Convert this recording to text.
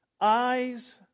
eyes